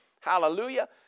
hallelujah